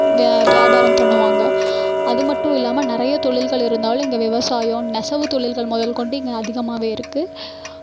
வியா வியாபாரம் பண்ணுவாங்க அது மட்டும் இல்லாமல் நிறைய தொழில்கள் இருந்தாலும் இங்கே விவசாயம் நெசவு தொழில்கள் முதல் கொண்டு இங்கே அதிகமாவே இருக்குது